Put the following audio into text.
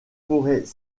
forêts